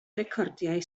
recordiau